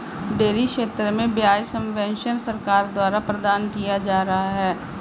dairy क्षेत्र में ब्याज सब्वेंशन सरकार द्वारा प्रदान किया जा रहा है